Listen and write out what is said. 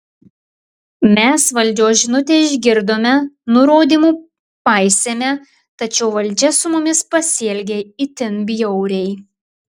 mes valdžios žinutę išgirdome nurodymų paisėme tačiau valdžia su mumis pasielgė itin bjauriai